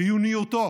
חיוניותו